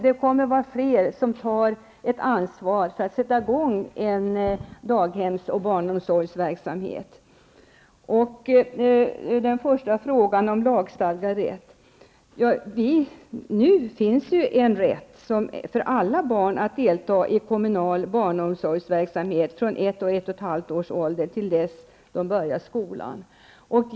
Det kommer att vara fler som tar ett ansvar för att sätta i gång daghems och barnomsorgsverksamhet. Så till den första frågan, om lagstadgad rätt. Nu finns ju en rätt för alla barn att delta i kommunal barnomsorgsverksamhet från ett à ett och ett halvt års ålder tills de börjar skolan.